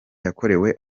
yakorewe